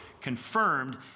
confirmed